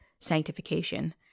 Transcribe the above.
sanctification